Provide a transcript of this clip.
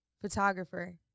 Photographer